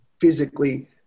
physically